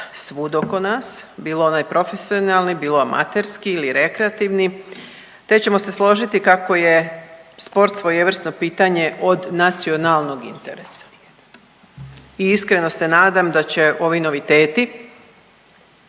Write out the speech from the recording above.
svud oko nas, bilo onaj profesionalni, bilo amaterski ili rekreativni, te ćemo se složiti kako je sport svojevrsno pitanje od nacionalnog interesa i iskreno se nadam da će ovi noviteti